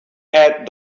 add